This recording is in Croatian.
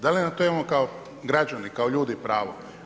Da li na to imamo kao građani, kao ljudi pravo?